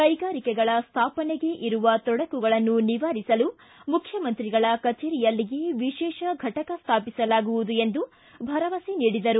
ಕೈಗಾರಿಕೆಗಳ ಸ್ವಾಪನೆಗೆ ಇರುವ ತೊಡಕುಗಳನ್ನು ನಿವಾರಿಸಲು ಮುಖ್ಯಮಂತ್ರಿಗಳ ಕಚೇರಿಯಲ್ಲಿಯೇ ವಿಶೇಷ ಘಟಕ ಸ್ಟಾಪಿಸಲಾಗುವುದು ಎಂದು ಭರವಸೆ ನೀಡಿದರು